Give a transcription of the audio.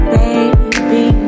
baby